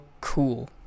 cool